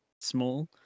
small